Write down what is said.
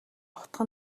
утга